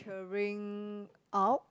~turing out